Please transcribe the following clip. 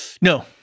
No